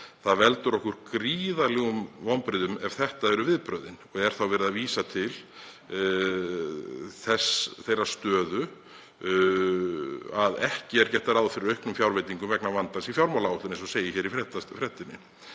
„Það veldur okkur gríðarlegum vonbrigðum ef þetta eru viðbrögðin.“ Er þá verið að vísa til þess að ekki er gert ráð fyrir auknum fjárveitingum vegna vandans í fjármálaáætlun, eins og segir í fréttinni.